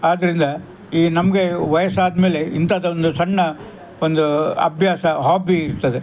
ಆದ್ದರಿಂದ ಈ ನಮಗೆ ವಯಸ್ಸಾದಮೇಲೆ ಇಂಥದ್ದೊಂದು ಸಣ್ಣ ಒಂದು ಅಭ್ಯಾಸ ಹಾಬಿ ಇರ್ತದೆ